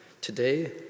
today